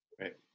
Right